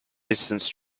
distance